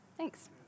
Thanks